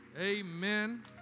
Amen